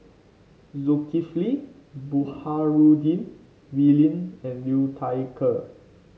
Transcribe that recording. Zulkifli Baharudin Wee Lin and Liu Thai Ker